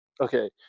Okay